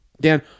Dan